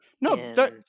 No